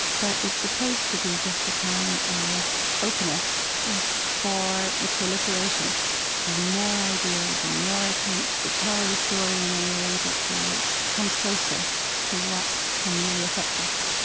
but it's supposed to be just a kind of opener for the proliferation of more ideas and more attempts to tell the story in a way that will come closer to what can really affect us